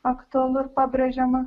aktualu ir pabrėžiama